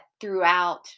throughout